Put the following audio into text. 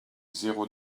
zéro